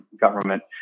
government